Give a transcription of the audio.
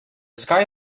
sky